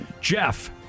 Jeff